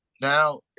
now